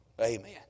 Amen